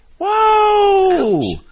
Whoa